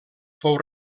fou